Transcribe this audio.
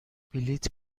بلیط